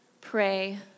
pray